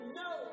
no